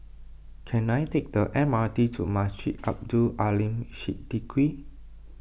can I take the M R T to Masjid Abdul Aleem Siddique